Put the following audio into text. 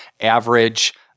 average